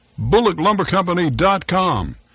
bullocklumbercompany.com